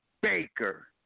Baker